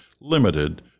limited